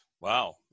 Wow